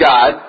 God